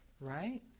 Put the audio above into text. right